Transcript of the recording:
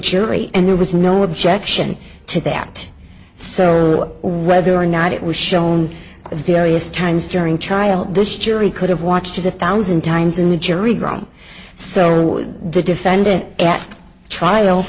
jury and there was no objection to that so rather or not it was shown the various times during child this jury could have watched it a thousand times in the jury ground so the defendant at trial